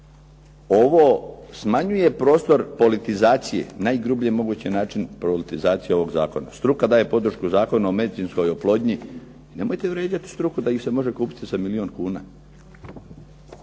Ovo smanjuje prostor politizacije, najgrublji mogući način produktizacije ovog zakona. Struka daje podršku Zakonu o medicinskoj oplodnji. Nemojte vrijeđati struku da ih se može kupiti sa milijun kuna.